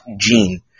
gene